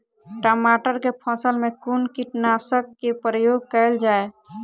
टमाटर केँ फसल मे कुन कीटनासक केँ प्रयोग कैल जाय?